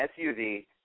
SUV